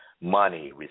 money